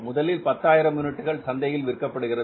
முதலில் 10000 யூனிட்டுகள் சந்தையில் விற்கப்படுகிறது